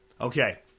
Okay